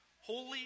holy